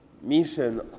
mission